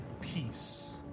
peace